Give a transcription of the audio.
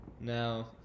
Now